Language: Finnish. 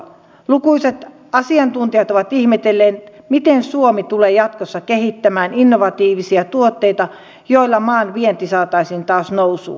lukuiset asiantuntijat ovat ihmetelleet miten suomi tulee jatkossa kehittämään innovatiivisia tuotteita joilla maan vienti saataisiin taas nousuun